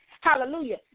Hallelujah